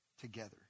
together